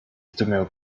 zdumiał